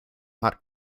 hot